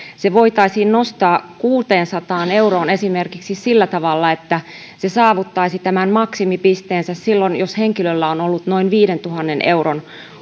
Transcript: se voitaisiin nostaa kuuteensataan euroon esimerkiksi sillä tavalla että se saavuttaisi tämän maksimipisteensä silloin jos henkilöllä on ollut noin viidentuhannen euron